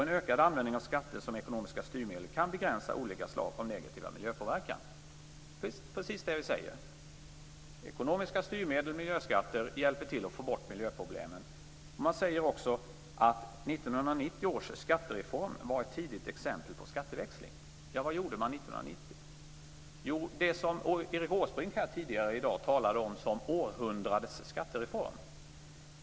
En ökad användning av skatter som ekonomiska styrmedel kan begränsa olika slag av negativ miljöpåverkan. Detta är precis det som vi säger: Ekonomiska styrmedel och miljöskatter hjälper till att få bort miljöproblemen. Man säger också att 1990 års skattereform var ett tidigt exempel på skatteväxling. Vad åstadkom man då 1990? Jo, det som Erik Åsbrink talade om tidigare här i dag som århundradets skattereform.